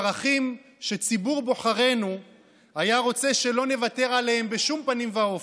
ערכים שציבור בוחרינו היה רוצה שלא נוותר עליהם בשום פנים ואופן,